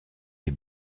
les